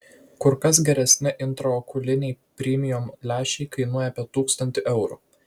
kur kas geresni intraokuliniai premium lęšiai kainuoja apie tūkstantį eurų